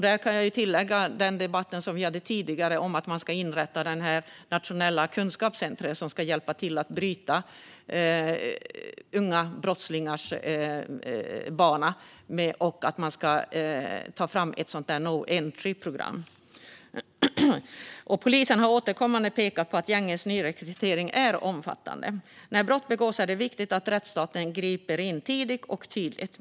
Där kan jag tillägga att vi tidigare har debatterat frågan om att inrätta ett nationellt kunskapscentrum som ska hjälpa till att bryta ungas bana in i brottsligheten genom att ta fram no entry-program. Polisen har återkommande pekat på att nyrekryteringen till gängen är omfattande. När brott begås är det viktigt att rättsstaten griper in tidigt och tydligt.